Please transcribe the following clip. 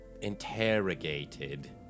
interrogated